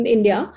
India